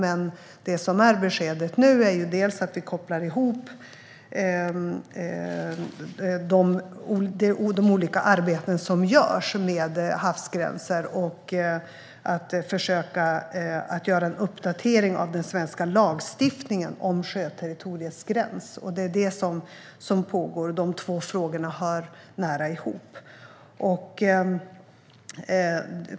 Vårt besked nu är dock att vi dels kopplar ihop de olika arbeten som görs med havsgränser, dels gör en uppdatering av den svenska lagstiftningen om sjöterritoriets gräns. Det är detta som pågår. Dessa båda frågor hör nära ihop.